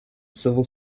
civil